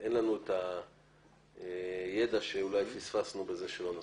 ואין לנו את הידע שאולי פספסנו בכך שלא נסענו.